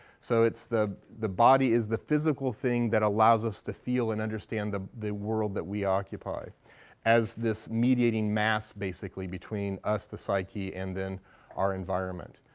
so it's the the body is the physical thing that allows allows us to feel and understand the the world that we occupy as this mediating mass basically between us the psyche and then our environment.